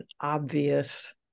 obvious